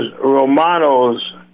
Romano's